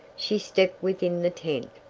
she stepped within the tent.